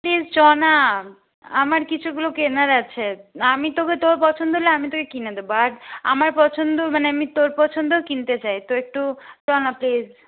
please চ না আমার কিছুগুলো কেনার আছে আমি তোকে তোর পছন্দ হলে আমি তোকে কিনে দেব বা আমার পছন্দ মানে আমি তোর পছন্দের কিনতে চাই তো একটু চ না প্লিজ